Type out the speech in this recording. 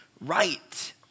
right